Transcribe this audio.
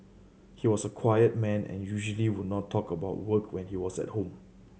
he was a quiet man and usually would not talk about work when he was at home